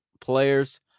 players